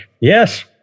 Yes